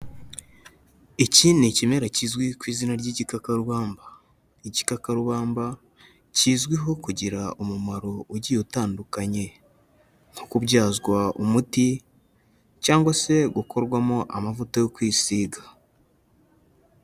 Iki ni ikimera kizwi ku izina ry'igikakarubamba, igikakarubamba kizwiho kugira umumaro ugiye utandukanye nko kubyazwa umuti cyangwa se gukorwamo amavuta yo kwisiga.